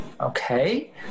Okay